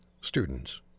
students